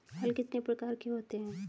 हल कितने प्रकार के होते हैं?